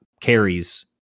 carries